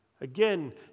Again